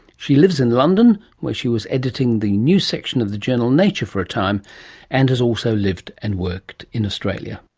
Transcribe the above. she lives in london, where she was editing the news section of the journal nature for a time and has lived and worked in australia.